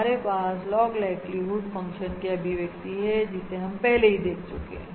हमारे पास log likelihood function की अभिव्यक्ति है जिसे हम पहले ही देख चुके है